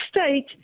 state